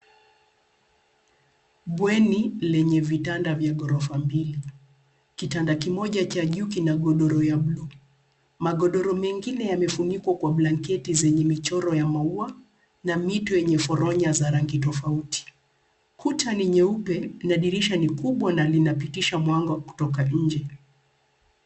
Bweni lenye vitanda vya ghorofa mbili. Kitanda kimoja cha juu kina godoro ya buluu magodoro mengine yamefunikwa kwa blanketi zenye michoro ya maua na mito yenye foronyo za rangi tofauti. Kuta ni nyeupe na dirisha ni kubwa na linapitisha mwanga kutoka nje.